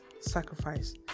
sacrifice